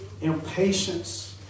impatience